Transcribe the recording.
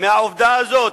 מהעובדה הזאת,